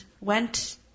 went